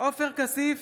עופר כסיף,